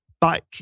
back